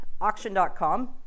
auction.com